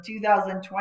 2020